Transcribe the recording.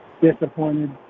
Disappointed